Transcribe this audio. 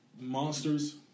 monsters